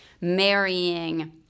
marrying